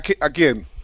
again